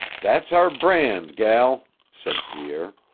that's our brand, gel, said pierre.